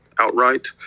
outright